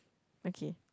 okay